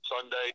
Sunday